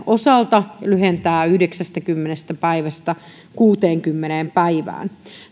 osalta lyhentää yhdeksästäkymmenestä päivästä kuuteenkymmeneen päivään